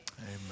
Amen